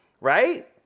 Right